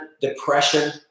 depression